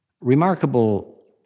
remarkable